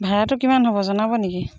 ভাড়াটো কিমান হ'ব জনাব নেকি